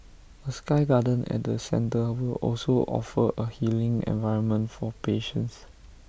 A sky garden at the centre will also offer A healing environment for patients